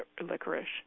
licorice